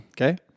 Okay